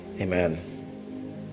amen